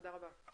תודה רבה.